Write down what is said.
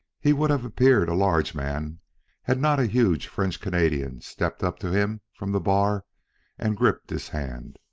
he would have appeared a large man had not a huge french-canadian stepped up to him from the bar and gripped his hand.